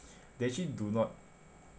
they actually do not